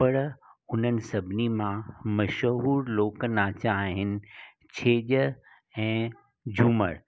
पर हुन सभिनी मां मशहूरु लोकनाच आहिनि छेॼ ऐं झूमरि